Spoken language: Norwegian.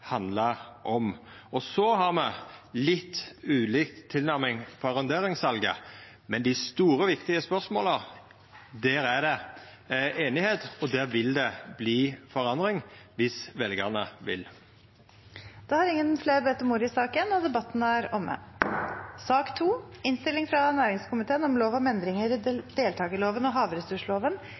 handlar om. Så har me litt ulik tilnærming til arronderingssalet, men dei store og viktige spørsmåla er det einigheit om, og der vil det verta forandring viss veljarane vil. Flere har ikke bedt om ordet til sak nr. 1. Etter ønske fra næringskomiteen vil presidenten ordne debatten slik: 5 minutter til hver partigruppe og